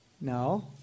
No